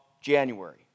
January